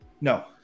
no